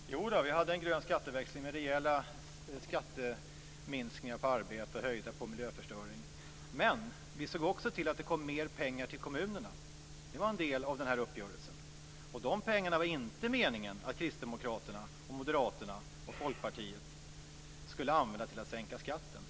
Fru talman! Jo då, vi hade en grön skatteväxling med rejäla skatteminskningar på arbete och höjda skatter på miljöförstöring. Men vi såg också till att det kom mer pengar till kommunerna. Det var en del av den här uppgörelsen. De pengarna var det inte meningen att Kristdemokraterna, Moderaterna och Folkpartiet skulle använda till att sänka skatten.